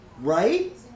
Right